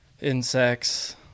insects